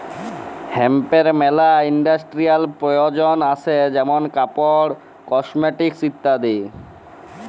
হেম্পের মেলা ইন্ডাস্ট্রিয়াল প্রয়জন আসে যেমন কাপড়, কসমেটিকস ইত্যাদি